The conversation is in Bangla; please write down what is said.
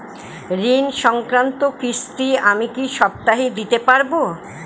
ঋণ সংক্রান্ত কিস্তি আমি কি সপ্তাহে দিতে পারবো?